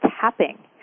tapping